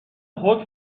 حکم